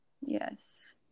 Yes